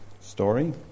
story